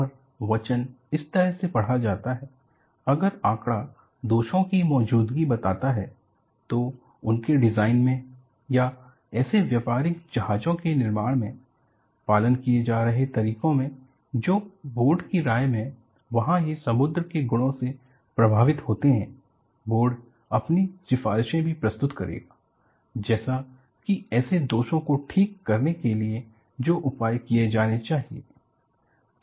और वचन इस तरह से पढ़ा जाता हैअगर आंकड़ा दोषों की मौदूदगी बताता है तो उनके डिज़ाइन में या ऐसे व्यापारिक जहाज़ों के निर्माण में पालन किए जा रहे तरीकों में जो बोर्ड की राय में वहां ये समुद्र के गुणों से प्रभावित होते हैं बोर्ड अपनी सिफ़ारिशें भी प्रस्तुत करेगा जैसे कि ऐसे दोषों को ठीक करने के लिए जो उपाय किए जाने चाहिए